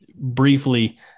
Briefly